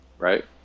right